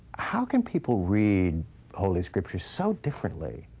how can people read holy scripture so differently?